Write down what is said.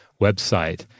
website